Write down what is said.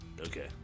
Okay